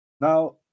Now